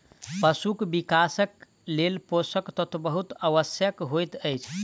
पशुक विकासक लेल पोषक तत्व बहुत आवश्यक होइत अछि